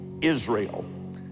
Israel